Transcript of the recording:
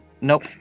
Nope